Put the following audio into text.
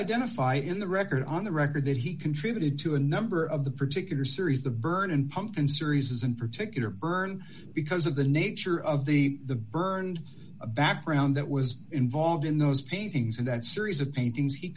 identify in the record on the record that he contributed to a number of the particular series the burn in pumpkin series in particular burned because of the nature of the the burned a background that was involved in those paintings and that series of paintings he